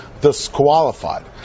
disqualified